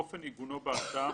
אופן עיגונו בהסעה,